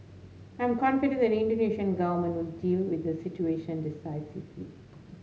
I am confident the Indonesian Government will deal with the situation decisively